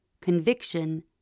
conviction